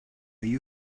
you